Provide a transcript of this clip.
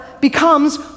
becomes